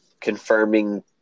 confirming